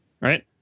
right